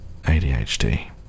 ADHD